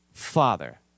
father